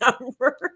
number